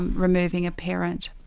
and removing a parent.